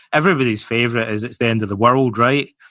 everybody's favorite is, it's the end of the world, right?